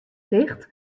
ticht